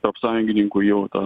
tarp sąjungininkų jau ta